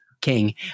king